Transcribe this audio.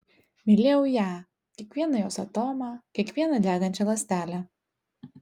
mylėjau ją kiekvieną jos atomą kiekvieną degančią ląstelę